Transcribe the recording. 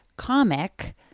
Comic